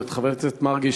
ואת חבר הכנסת מרגי,